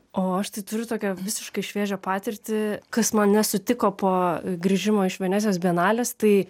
o aš tai turiu tokią visiškai šviežią patirtį kas mane sutiko po grįžimo iš venecijos bienalės tai